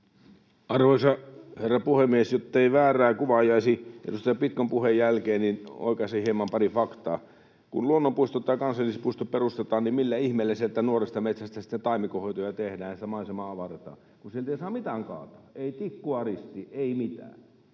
Arvoisa herra puhemies! Jottei väärää kuvaa jäisi edustaja Pitkon puheen jälkeen, niin oikaisen hieman paria faktaa. Kun luonnonpuisto tai kansallispuisto perustetaan, niin millä ihmeellä sieltä nuoresta metsästä sitten taimikonhoitoja tehdään tai maisemaa avarretaan, kun sieltä ei saa mitään kaataa, ei tikkua ristiin, ei mitään.